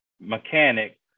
mechanic